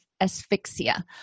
asphyxia